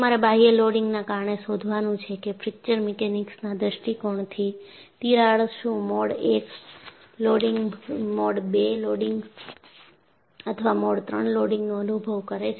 તમારે બાહ્ય લોડિંગના કારણે શોધવાનું છે કે ફ્રેક્ચર મિકેનિક્સના દૃષ્ટિકોણથી તિરાડ શું mode I loading mode II loading અથવા મોડ III લોડિંગનો અનુભવ કરે છે